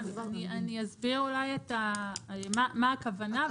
אני אסביר מה הכוונה.